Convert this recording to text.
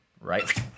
right